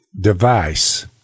device